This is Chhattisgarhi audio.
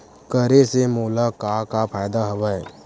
करे से मोला का का फ़ायदा हवय?